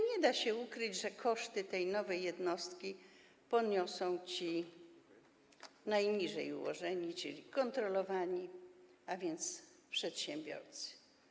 Nie da się ukryć, że koszty tej nowej jednostki poniosą ci najniżej postawieni, czyli kontrolowani, a więc przedsiębiorcy.